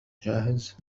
جاهز